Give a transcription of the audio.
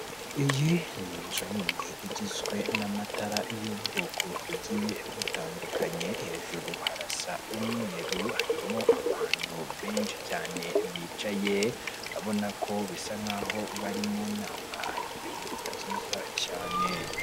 Iyi ni inzu nini igizwe n'amatara y'ubwoko bugiye butandukanye, hejuru harasa umweru, harimo abantu benshi cyane bicaye, urabona ko bisa nk'aho bari mu nama ari ibintu byiza cyane.